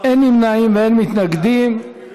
אין נמנעים ואין מתנגדים.